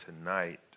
tonight